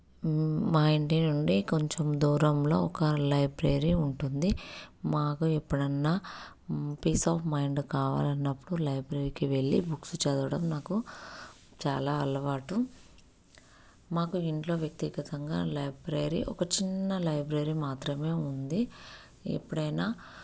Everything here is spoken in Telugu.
మా ఇంటి నుండి కొంచెం దూరంలో ఒక లైబ్రరీ ఉంటుంది మాకు ఎప్పుడన్నా పీస్ ఆఫ్ మైండ్ కావాలన్నప్పుడు లైబ్రరీకి వెళ్ళి బుక్స్ చదవడం నాకు చాలా అలవాటు మాకు ఇంట్లో వ్యక్తిగతంగా లైబ్రరీ ఒక చిన్న లైబ్రరీ మాత్రమే ఉంది ఎప్పుడైనా